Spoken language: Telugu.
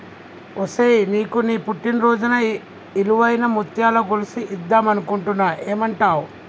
ఒసేయ్ నీకు నీ పుట్టిన రోజున ఇలువైన ముత్యాల గొలుసు ఇద్దం అనుకుంటున్న ఏమంటావ్